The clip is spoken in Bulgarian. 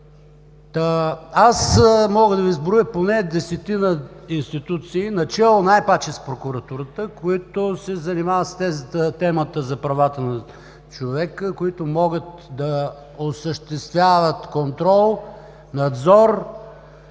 Мога да Ви изброя поне десетина институции, начело най-паче с прокуратурата, които се занимават с темата за правата на човека, които могат да осъществяват контрол и надзор